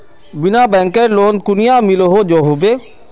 बिना बैंकेर लोन कुनियाँ मिलोहो होबे?